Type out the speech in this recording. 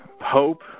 hope